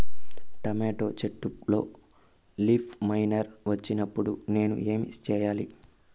Tomato చెట్టులో leaf miner వచ్చినప్పుడు నేను ఏమి చెయ్యాలి?